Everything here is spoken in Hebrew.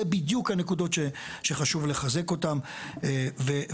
זה בדיוק הנקודות שחשוב לחזק אותם וחיזוק,